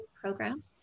Program